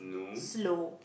slow